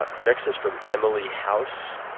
ah next is from emily house.